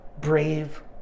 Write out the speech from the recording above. brave